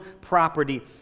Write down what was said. property